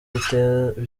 bitwaza